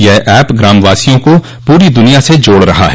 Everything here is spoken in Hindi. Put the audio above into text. यह एप ग्रामवासियों को पूरी दुनिया से जोड़ रहा है